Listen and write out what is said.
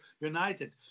United